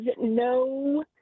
no